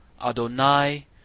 Adonai